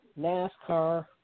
NASCAR